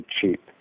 cheap